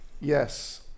Yes